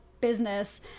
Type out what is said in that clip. business